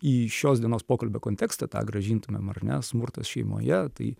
į šios dienos pokalbio kontekstą tą grąžintumėm ar ne smurtas šeimoje tai